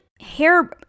hair